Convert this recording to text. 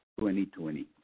2020